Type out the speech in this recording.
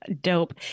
Dope